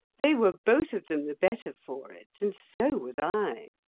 they were both of them the better for it and so was i.